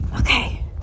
okay